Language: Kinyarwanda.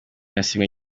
yasinywe